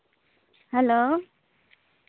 hello